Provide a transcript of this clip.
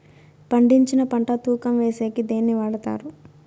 పండించిన పంట తూకం వేసేకి దేన్ని వాడతారు?